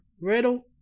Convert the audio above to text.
Riddle